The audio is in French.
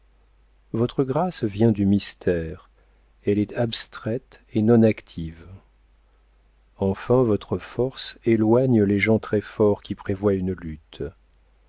votre grâce vient du mystère elle est abstraite et non active enfin votre force éloigne les gens très forts qui prévoient une lutte